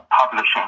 publishing